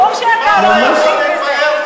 ברור שאתה לא תבחין בזה.